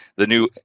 the new,